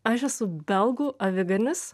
aš esu belgų aviganis